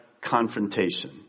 confrontation